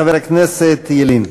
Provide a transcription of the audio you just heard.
חבר הכנסת ילין.